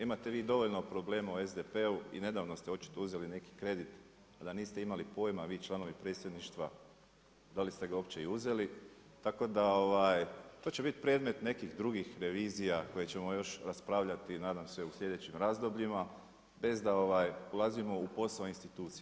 Imate vi dovoljno problema u SDP-u i nedavno ste očito uzeli neki kredit a da niste imali pojma vi članovi predsjedništva da li ste ga uopće i uzeli, tako da to će biti predmet nekih drugih revizija koje ćemo još raspravljati nadam se u slijedećim razdobljima, bez da ulazimo u posao institucija.